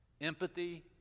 Empathy